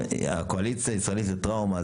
הקואליציה הישראלית לטראומה,